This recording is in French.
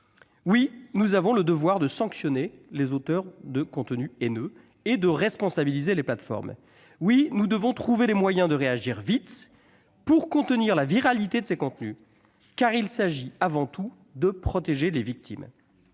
Oui, nous avons le devoir de sanctionner les auteurs de contenus haineux et de responsabiliser les plateformes. Oui, nous devons trouver les moyens de réagir vite pour contenir la viralité de ces contenus, car il s'agit avant tout de protéger les victimes.